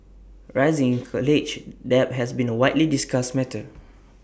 rising college debt has been A widely discussed matter